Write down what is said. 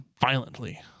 violently